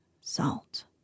salt